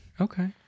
Okay